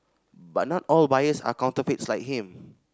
but not all buyers of counterfeits are like him